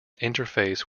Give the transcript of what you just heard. interface